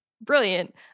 Brilliant